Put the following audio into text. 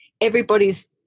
everybody's